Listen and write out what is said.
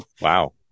Wow